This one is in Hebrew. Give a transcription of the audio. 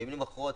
במילים אחרות,